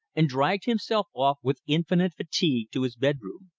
and dragged himself off with infinite fatigue to his bed-room.